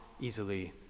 easily